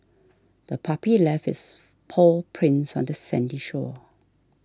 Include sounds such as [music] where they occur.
the puppy left its [noise] paw prints on the sandy shore